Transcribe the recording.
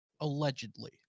Allegedly